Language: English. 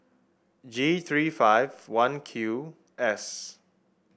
G three five one Q S